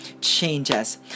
changes